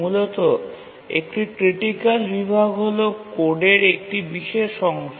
মূলত একটি ক্রিটিকাল বিভাগ হল কোডের একটি বিশেষ অংশ